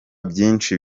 byinshi